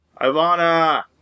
Ivana